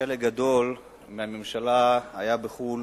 כשחלק גדול מהממשלה היה בחוץ-לארץ,